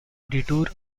detour